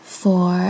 four